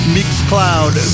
Mixcloud